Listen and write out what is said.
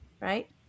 right